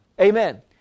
Amen